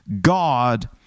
God